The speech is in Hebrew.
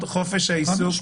רק שנייה.